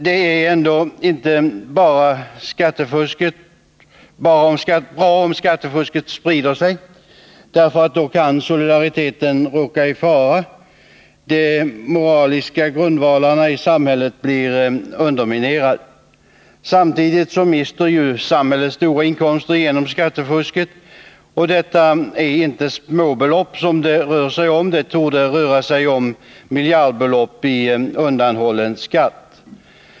Men om skattefusket sprider sig kan solidariteten råka i fara, och de moraliska grundvalarna i samhället kan bli underminerade. Samtidigt mister samhället då stora inkomster genom skattefusket. Och det är inga småbelopp, utan det torde röra sig om miljardbelopp i undanhållen skatt.